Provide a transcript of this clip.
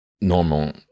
normal